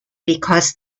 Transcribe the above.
because